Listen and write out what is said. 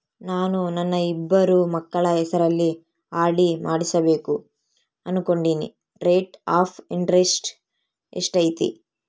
ನಾನು ನನ್ನ ಇಬ್ಬರು ಮಕ್ಕಳ ಹೆಸರಲ್ಲಿ ಆರ್.ಡಿ ಮಾಡಿಸಬೇಕು ಅನುಕೊಂಡಿನಿ ರೇಟ್ ಆಫ್ ಇಂಟರೆಸ್ಟ್ ಎಷ್ಟೈತಿ?